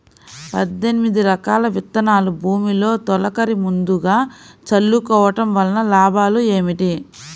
పద్దెనిమిది రకాల విత్తనాలు భూమిలో తొలకరి ముందుగా చల్లుకోవటం వలన లాభాలు ఏమిటి?